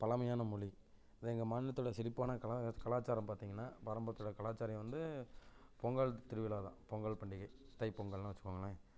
பழமையான மொழி இது எங்கள் மாநிலத்தோட செழிப்பான கலா கலாச்சாரம் பார்த்திங்கனா பாரம்பற்ற கலாச்சாரியம் வந்து பொங்கல் திருவிழா தான் பொங்கல் பண்டிகை தை பொங்கல்ன்னு வச்சுக்கோங்களன்